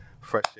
Fresh